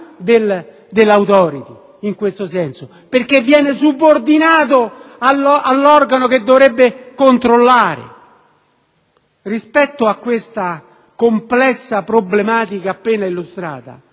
dell'*Authority*, in questo senso, perché viene subordinato all'organo che dovrebbe controllare. Rispetto alla complessa problematica appena illustrata,